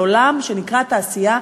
לעולם שנקרא תעשייה,